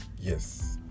Yes